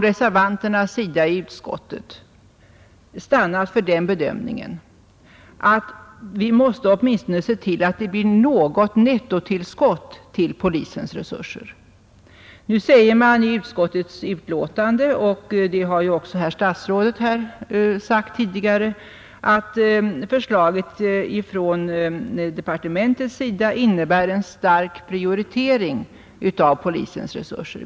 Reservanterna i utskottet har stannat för den bedömningen, att vi åtminstone måste se till att det blir något nettotillskott till polisens resurser. Nu sägs det i utskottets utlåtande — och detsamma har också herr statsrådet sagt här tidigare — att förslaget från departementets sida innebär en stark prioritering av polisens resurser.